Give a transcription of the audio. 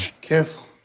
Careful